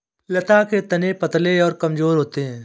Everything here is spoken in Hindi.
लता के तने पतले और कमजोर होते हैं